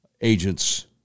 agents